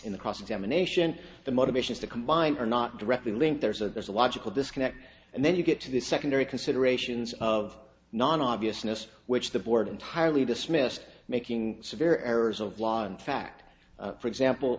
in the cross examination the motivations to combine are not directly linked there so there's a logical disconnect and then you get to the secondary considerations of non obviousness which the board entirely dismissed making severe errors of law in fact for example